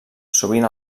sovint